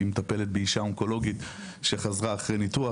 היא מטפלת באישה אונקולוגית שחזרה אחרי ניתוח